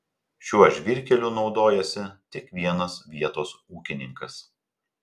šiuo žvyrkeliu naudojasi tik vienas vietos ūkininkas